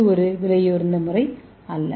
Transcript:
இது ஒரு விலையுயர்ந்த முறை அல்ல